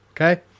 Okay